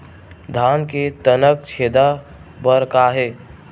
धान के तनक छेदा बर का हे?